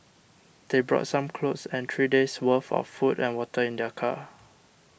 they brought some clothes and three days' worth of food and water in their car